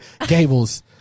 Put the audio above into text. Gables